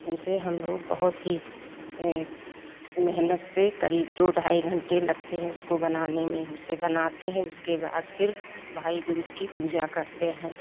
उसे हम लोग बहुत ही मेहनत से करीब दो ढाई घंटे लगते हैं उसको बनाने में उसे बनाते हैं उसके बाद फिर भाई दूज की पूजा करते हैं